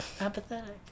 Apathetic